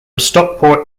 stockport